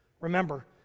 Remember